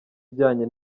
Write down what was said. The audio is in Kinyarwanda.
ijyanye